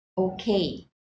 okay